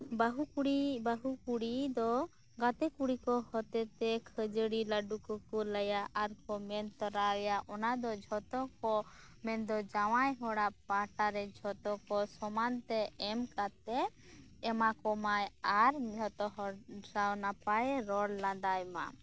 ᱵᱟᱹᱦᱩ ᱠᱩᱲᱤ ᱫᱚ ᱜᱟᱛᱮ ᱠᱩᱲᱤ ᱠᱚ ᱦᱚᱛᱮᱛᱮ ᱠᱷᱟᱹᱡᱟᱹᱲᱤ ᱞᱟᱹᱰᱩ ᱠᱚᱠᱚ ᱠᱳᱞᱟᱭᱟ ᱟᱨ ᱠᱚ ᱢᱮᱱᱛᱚᱨᱟᱣᱟᱭᱟ ᱚᱱᱟᱫᱚ ᱡᱷᱚᱛᱚ ᱠᱚ ᱢᱮᱱᱫᱚ ᱡᱟᱶᱟᱭ ᱦᱚᱲᱟᱜ ᱯᱟᱦᱟᱴᱟᱨᱮ ᱡᱷᱚᱛᱚ ᱠᱚ ᱥᱚᱢᱟᱱᱛᱮ ᱮᱢ ᱠᱟᱛᱮᱫ ᱮᱢᱟᱠᱚᱢᱟᱭ ᱟᱨ ᱡᱚᱛᱚᱦᱚᱲ ᱥᱟᱶ ᱱᱟᱯᱟᱭᱮ ᱨᱚᱲ ᱞᱟᱸᱫᱟᱭ ᱢᱟ